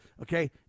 Okay